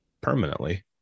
permanently